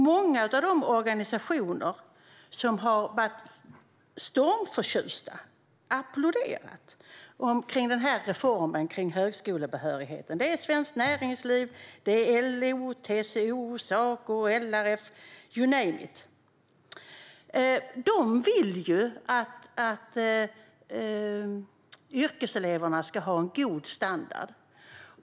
Många av de organisationer som har varit stormförtjusta i och applåderat reformen om högskolebehörighet - Svenskt Näringsliv, LO, TCO, Saco och LRF, you name it - vill att yrkeseleverna ska ha en god standard.